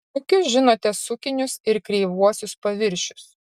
kokius žinote sukinius ir kreivuosius paviršius